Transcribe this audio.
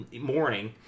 morning